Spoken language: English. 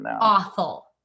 awful